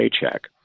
paycheck